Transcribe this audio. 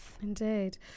Indeed